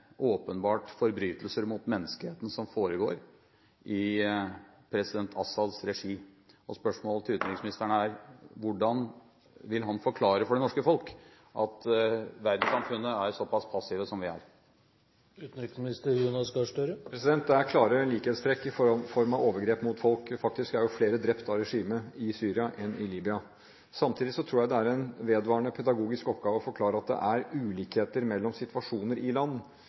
åpenbart forbrytelser mot menneskeheten som foregår i president Assads regi. Spørsmålet til utenriksministeren er: Hvordan vil han forklare for det norske folk at verdenssamfunnet er så pass passivt som det er? Det er klare likhetstrekk i form av overgrep mot folk. Faktisk er flere drept av regimet i Syria enn i Libya. Samtidig tror jeg det er en vedvarende pedagogisk oppgave å forklare at det er ulikheter mellom situasjoner i land.